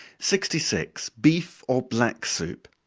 sixty six. beef or black soup.